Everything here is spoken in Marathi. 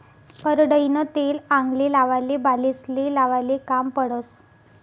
करडईनं तेल आंगले लावाले, बालेस्ले लावाले काम पडस